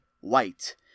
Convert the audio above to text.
White